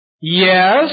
Yes